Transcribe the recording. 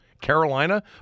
Carolina